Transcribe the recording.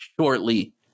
shortly